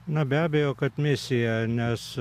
na be abejo kad misija nes